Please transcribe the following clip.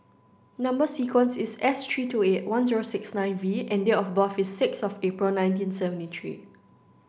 number sequence is S three two eight one zero six nine V and date of birth is six of April nineteen seventy three